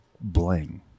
bling